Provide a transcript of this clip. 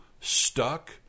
stuck